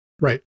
Right